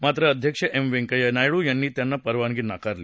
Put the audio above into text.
मात्र अध्यक्ष एम व्यंकय्या नायडू यांनी त्यांना परवानगी नाकारली